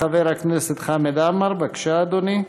חבר הכנסת חמד עמאר, בבקשה, אדוני.